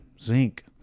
zinc